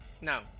No